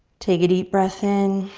take a deep breath in,